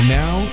now